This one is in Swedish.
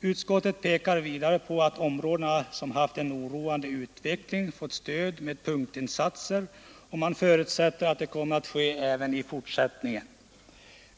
Utskottet pekar vidare på att områden som haft en oroande utveckling fått stöd med punktinsatser och förutsätter att det kommer att ske även i fortsättningen.